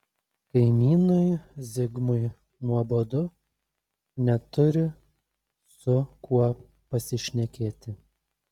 kaimynui zigmui nuobodu neturi su kuo pasišnekėti